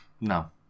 no